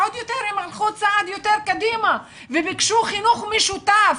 הם הלכו צעד יותר קדימה וביקשו חינוך משותף.